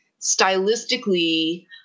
stylistically